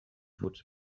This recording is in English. would